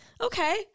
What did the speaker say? okay